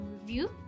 review